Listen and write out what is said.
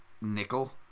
nickel